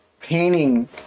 painting